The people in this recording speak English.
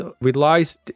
relies